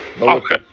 Okay